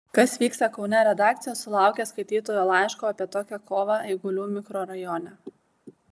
kas vyksta kaune redakcija sulaukė skaitytojo laiško apie tokią kovą eigulių mikrorajone